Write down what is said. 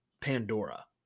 Pandora